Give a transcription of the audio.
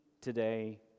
today